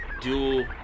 dual